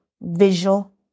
visual